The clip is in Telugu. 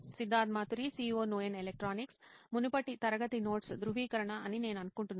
సిద్ధార్థ్ మాతురి CEO నోయిన్ ఎలక్ట్రానిక్స్ మునుపటి తరగతి నోట్స్ ధృవీకరణ అని నేను అనుకుంటున్నాను